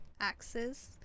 axes